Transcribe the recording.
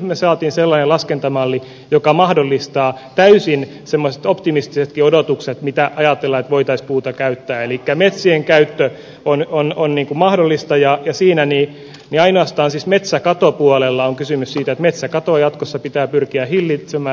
me saimme sellaisen laskentamallin joka mahdollistaa täysin semmoiset optimistisetkin odotukset mitä ajatellaan että voitaisiin puuta käyttää elikkä metsien käyttö on mahdollista ja siinä ainoastaan siis metsäkatopuolella on kysymys siitä että metsäkatoa jatkossa pitää pyrkiä hillitsemään